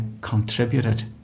contributed